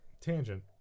Tangent